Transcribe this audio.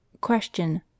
Question